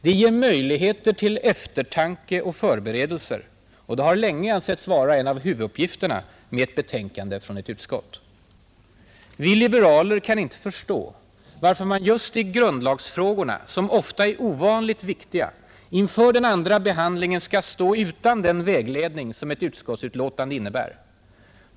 Det ger möjlighet till eftertanke och förberedelser, och det har länge ansetts vara en av huvuduppgifterna med ett betänkande från ett utskott. Vi liberaler kan inte förstå varför man just i grundlagsfrågorna, som ofta är ovanligt viktiga, inför den andra behandlingen skall stå utan den vägledning som ett utskottsutlåtande innebär.